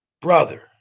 Brother